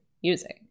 using